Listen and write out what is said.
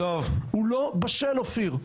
הוא לא בשל, אופיר.